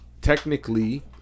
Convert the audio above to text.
technically